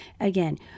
again